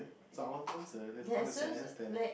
so I want to answer respond I say I understand